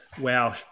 Wow